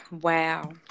Wow